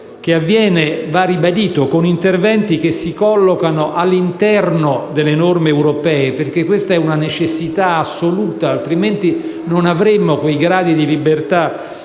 (che avviene, va ribadito, con interventi che si collocano all'interno delle norme europee, perché è una necessità assoluta, altrimenti non avremmo quei gradi di libertà